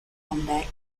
combat